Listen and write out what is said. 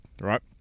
right